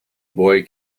boy